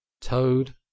Toad